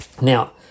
Now